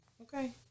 okay